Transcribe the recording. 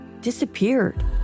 disappeared